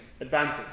advantage